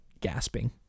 gasping